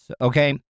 okay